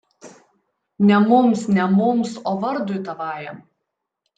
ne mums ne mums o vardui tavajam